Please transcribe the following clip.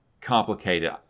complicated